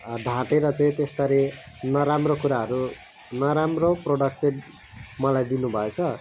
ढाँटेर चाहिँ त्यसरी नराम्रो कुराहरू नराम्रो प्रडक्ट चाहिँ मलाई दिनुभएछ